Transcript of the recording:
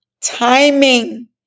timing